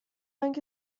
اینکه